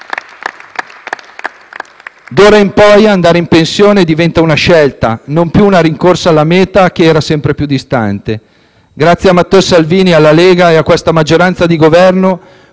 D'ora in poi andare in pensione diventerà una scelta, non più la rincorsa di una meta sempre più distante. Grazie a Matteo Salvini, alla Lega e a questa maggioranza di Governo,